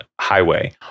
highway